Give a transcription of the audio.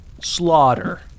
slaughter